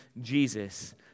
Jesus